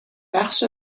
بخش